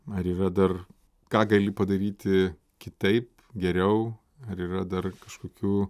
ar yra dar ką gali padaryti kitaip geriau ar yra dar kažkokių